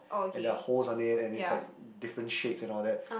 and there are holes on it and it's like different shapes and all that